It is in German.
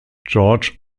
georges